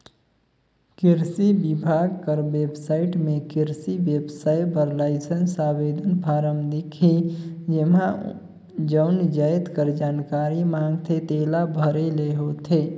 किरसी बिभाग कर बेबसाइट में किरसी बेवसाय बर लाइसेंस आवेदन फारम दिखही जेम्हां जउन जाएत कर जानकारी मांगथे तेला भरे ले होथे